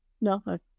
No